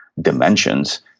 dimensions